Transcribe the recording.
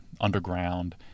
underground